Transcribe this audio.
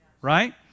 right